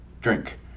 drink